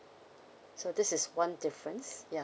so this is one difference ya